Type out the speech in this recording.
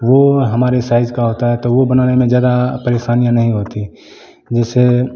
वो हमारे साइज का होता है तो वो बनाने में ज़्यादा परेशानियाँ नहीं होती है जैसे